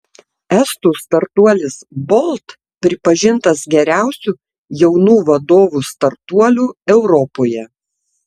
estų startuolis bolt pripažintas geriausiu jaunų vadovų startuoliu europoje